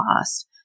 cost